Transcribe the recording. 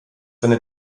seine